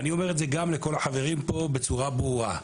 ואני אומר את זה לכל החברים פה בצורה ברורה,